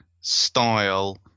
style